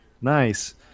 Nice